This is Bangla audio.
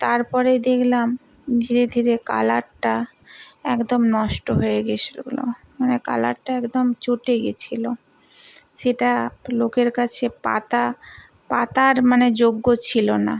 তার পরে দেখলাম ধীরে ধীরে কালারটা একদম নষ্ট হয়ে গিয়েছিল মানে কালারটা একদম চটে গিয়েছিল সেটা লোকের কাছে পাতা পাতার মানে যোগ্য ছিল না